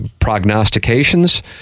prognostications